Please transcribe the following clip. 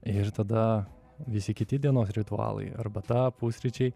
ir tada visi kiti dienos ritualai arbata pusryčiai